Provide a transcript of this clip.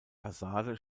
fassade